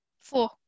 Four